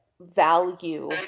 value